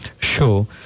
show